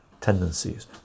tendencies